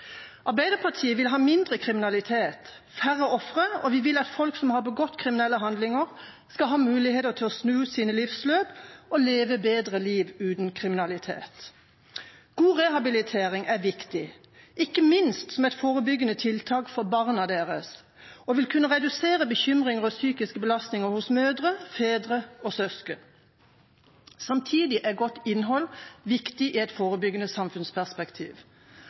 Arbeiderpartiet vil ha mindre kriminalitet, færre ofre og at folk som har begått kriminelle handlinger, skal ha mulighet til å snu sine livsløp og leve bedre liv uten kriminalitet. God rehabilitering, ikke minst som et forebyggende tiltak for barna deres, vil kunne redusere bekymringer og psykiske belastninger hos mødre, fedre og søsken. Samtidig er godt innhold viktig i et forebyggende samfunnsperspektiv.